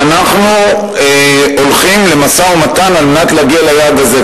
אנחנו הולכים למשא-ומתן על מנת להגיע ליעד הזה.